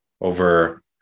over